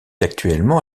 actuellement